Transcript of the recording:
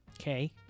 Okay